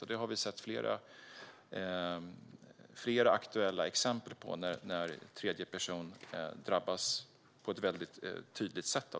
Vi har sett flera aktuella exempel när tredje person drabbas på ett tydligt sätt.